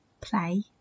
play